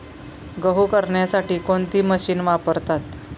गहू करण्यासाठी कोणती मशीन वापरतात?